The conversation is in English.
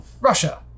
Russia